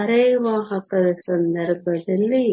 ಅರೆ ವಾಹಕದ ಸಂದರ್ಭದಲ್ಲಿ